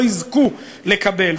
לא יזכו לקבל,